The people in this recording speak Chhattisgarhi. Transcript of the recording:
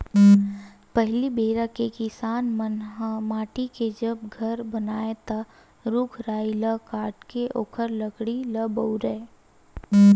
पहिली बेरा के किसान मन ह माटी के जब घर बनावय ता रूख राई ल काटके ओखर लकड़ी ल बउरय